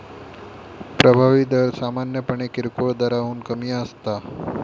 प्रभावी दर सामान्यपणे किरकोळ दराहून कमी असता